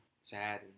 sad